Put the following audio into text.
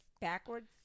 backwards